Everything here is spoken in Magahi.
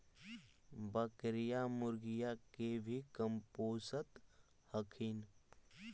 बकरीया, मुर्गीया के भी कमपोसत हखिन?